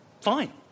fine